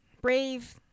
Brave